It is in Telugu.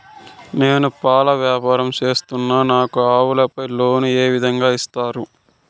నేను పాల వ్యాపారం సేస్తున్నాను, నాకు ఆవులపై లోను ఏ విధంగా ఇస్తారు